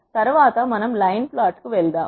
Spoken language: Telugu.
తరువాత మనము లైన్ ప్లాట్ కు వెళ్దాము